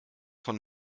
von